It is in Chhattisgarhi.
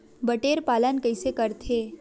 बटेर पालन कइसे करथे?